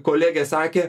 kolegė sakė